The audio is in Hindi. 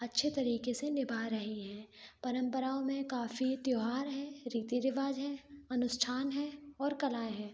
अच्छे तरीके से निभा रही हैं परम्पराओं में काफ़ी त्यौहार है रीति रिवाज है अनुष्ठान है और कलाएँ हैं